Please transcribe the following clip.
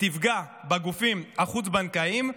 תפגע בגופים החוץ-בנקאיים,